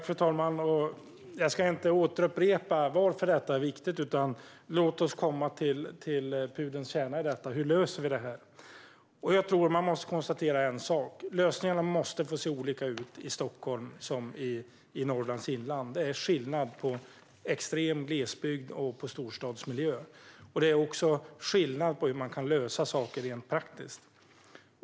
Fru talman! Jag ska inte upprepa varför detta är viktigt. Låt oss i stället komma till pudelns kärna: Hur löser vi det här? Jag tror att man måste konstatera en sak. Lösningarna måste få se olika ut i Stockholm och i Norrlands inland. Det är skillnad på extrem glesbygd och storstadsmiljö. Det är också skillnad på hur man kan lösa saker rent praktiskt.